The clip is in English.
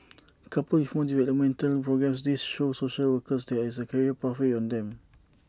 coupled with more developmental programmes this shows social workers there is A career pathway for them